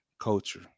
culture